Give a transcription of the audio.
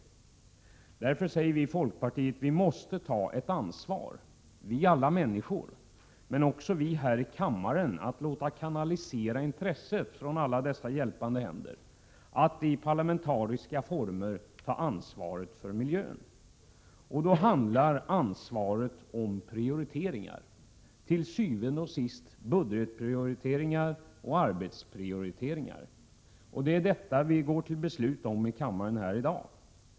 Av den anledningen säger vi i folkpartiet: Vi måste ta ett ansvar, alla vi människor, men också vi här i kammaren, för att kanalisera intresset från dessa hjälpande händer, så att de kan vara med och i parlamentariska former ta ansvar för miljön. Det ansvaret handlar til syvende og sidst om prioriteringar: Budgetprioriteringar och arbetsprioriteringar. Det är detta vi går till beslut om här i kammaren i dag.